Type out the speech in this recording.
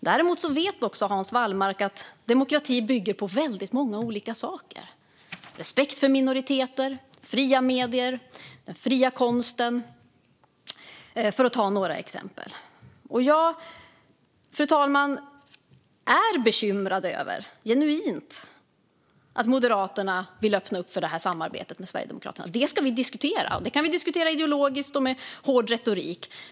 Däremot vet Hans Wallmark att demokrati bygger på väldigt många olika saker: respekt för minoriteter, fria medier och fri konst för att ta några exempel. Fru talman! Jag är genuint bekymrad över att Moderaterna vill öppna upp för det här samarbetet med Sverigedemokraterna. Det ska vi diskutera, och det kan vi göra ideologiskt och med hård retorik.